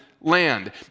land